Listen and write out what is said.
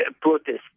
protest